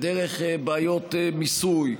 דרך בעיות מיסוי,